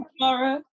tomorrow